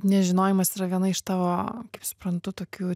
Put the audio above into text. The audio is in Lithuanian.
nežinojimas yra viena iš tavo kaip suprantu tokių